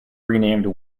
renamed